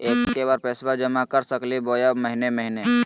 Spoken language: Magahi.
एके बार पैस्बा जमा कर सकली बोया महीने महीने?